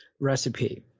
recipe